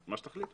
מה שתחליטו.